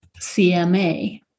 CMA